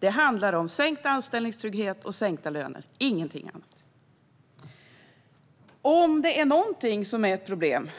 Det här handlar om sänkt anställningstrygghet och sänkta löner, ingenting annat. Om något är ett problem